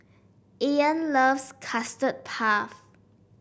Ean loves Custard Puff